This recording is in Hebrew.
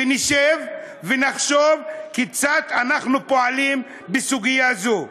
נשב ונחשוב כיצד אנחנו פועלים בסוגיה זו.